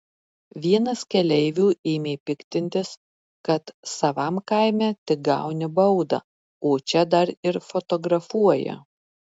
vienas keleivių ėmė piktintis kad savam kaime tik gauni baudą o čia dar ir fotografuoja